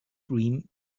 dream